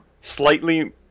slightly